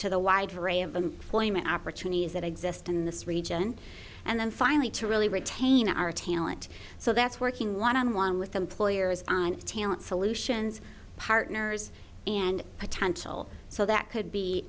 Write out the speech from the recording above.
to the wide array of employment opportunities that exist in this region and then finally to really retain our talent so that's working one on one with employers on talent solutions partners and potential so that could be